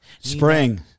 Spring